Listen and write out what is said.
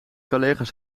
collega’s